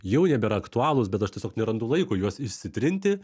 jau nebėra aktualūs bet aš tiesiog nerandu laiko juos išsitrinti